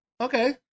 Okay